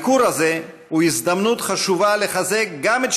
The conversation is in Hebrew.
הביקור הזה הוא הזדמנות חשובה לחזק גם את